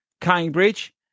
Cambridge